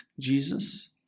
Jesus